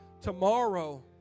tomorrow